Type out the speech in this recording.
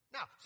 Now